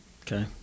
Okay